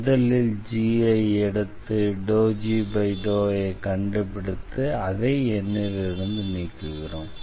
முதலில் g ஐ எடுத்து ∂g∂y ஐ கண்டுபிடித்து அதை N ல் இருந்து நீக்குகிறோம்